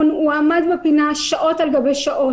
הוא עמד בפינה שעות על גבי שעות.